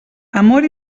amor